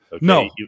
No